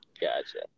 Gotcha